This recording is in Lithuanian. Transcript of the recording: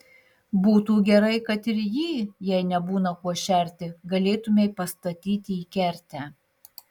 būtų gerai kad ir jį jei nebūna kuo šerti galėtumei pastatyti į kertę